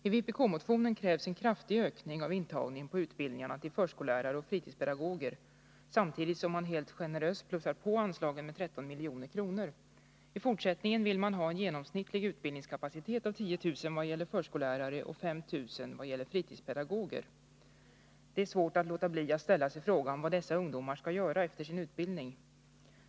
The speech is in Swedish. I vpk-motionen krävs en kraftig ökning av intagningen på utbildningarna till förskolelärare och fritidspedagoger, samtidigt som man helt generöst plussar på anslagen med 13 milj.kr. I fortsättningen vill man ha en genomsnittlig utbildningskapacitet om 10 000 vad gäller förskolelärare och 5 000 vad gäller fritidspedagoger. Det är svårt att låta bli att ställa sig frågan vad dessa ungdomar skall göra efter sin utbildning.